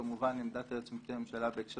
שכמובן עמדת היועץ המשפטי לממשלה בהקשר